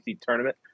tournament